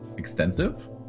Extensive